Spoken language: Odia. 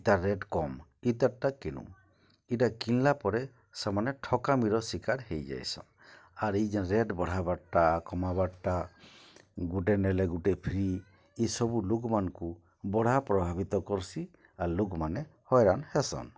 ଏନ୍ତା ରେଟ୍ କମ୍ ଇତାର୍ଟା କିଣୁ ଇଟା କିଣ୍ଲାପରେ ସେମାନେ ଠକାମିର ଶିକାର୍ ହେଇଯାଏସନ୍ ଆର୍ ଇ ଜେନ୍ ରେଟ୍ ବଢ଼ାବାର୍ଟା କମାବାର୍ଟା ଗୁଟେ ନେଲେ ଗୁଟେ ଫ୍ରି ଇସବୁ ଲୁକ୍ମାନ୍କୁ ବଢ଼ା ପ୍ରଭାବିତ କର୍ସି ଆର୍ ଲୁକ୍ମାନେ ହଇରାଣ୍ ହେସନ୍